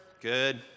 good